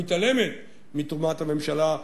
המתעלמות מתרומת הממשלה,